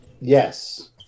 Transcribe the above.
Yes